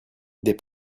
des